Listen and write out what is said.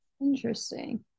Interesting